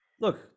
Look